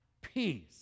peace